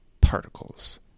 particles